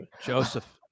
Joseph